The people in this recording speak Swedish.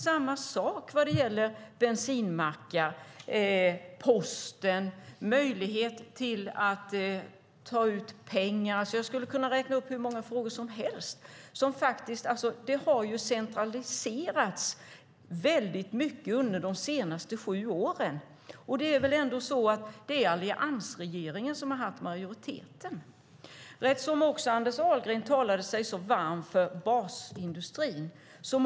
Samma sak gäller bensinmackar, posten och möjligheten att ta ut pengar. Jag skulle kunna räkna upp hur många frågor som helst. Det har centraliserats väldigt mycket under de senaste sju åren, och det är Alliansen som har haft majoritet. Anders Ahlgren talade sig också varm för basindustrin.